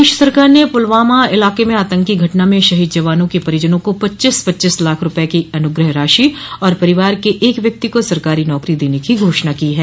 प्रदेश सरकार ने पुलवामा इलाके में आतंकी घटना में शहीद जवानों के परिजनों को पच्चीस पच्चीस लाख रूपये की अनुग्रह राशि और परिवार के एक व्यक्ति को सरकारी नौकरी देने की घाषणा की है